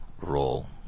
role